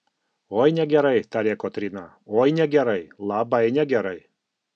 oi negerai tarė kotryna oi negerai labai negerai